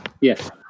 Yes